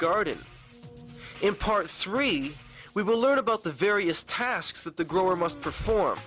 garden in part three we will learn about the various tasks that the grower must perform